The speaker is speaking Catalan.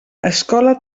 escola